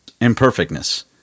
imperfectness